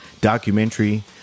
documentary